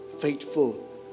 faithful